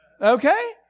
okay